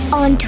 on